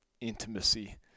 intimacy